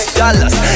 dollars